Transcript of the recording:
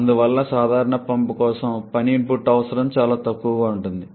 అందువలన సాధారణంగా పంపు కోసం పని ఇన్పుట్ అవసరం చాలా తక్కువగా ఉంటుంది